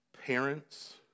parents